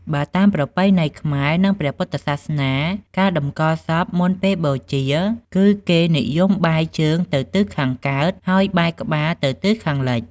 បើតាមប្រពៃណីខ្មែរ និងព្រះពុទ្ធសាសនា ការតម្កល់សពមុនពេលបូជា គឺគេនិយមបែរជើងទៅទិសខាងកើត ហើយបែរក្បាលទៅទិសខាងលិច។